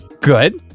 good